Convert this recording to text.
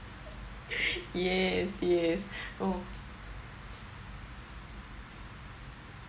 yes yes